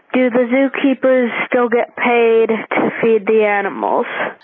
did the zoo keepers still get paid to feed the animals?